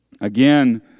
Again